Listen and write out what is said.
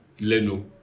Leno